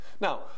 Now